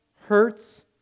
hurts